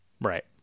Right